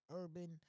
urban